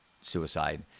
suicide